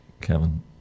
Kevin